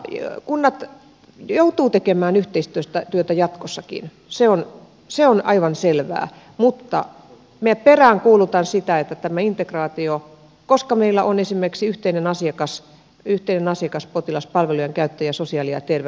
kunnat joutuvat tekemään yhteistyötä jatkossakin se on aivan selvää mutta minä peräänkuulutan tätä integraatiota koska meillä on esimerkiksi yhteisiä asiakkaita potilaita palvelujenkäyttäjiä sosiaali ja terveydenhuollolla